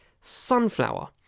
Sunflower